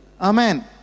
Amen